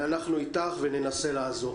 אנחנו איתך, וננסה לעזור.